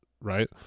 Right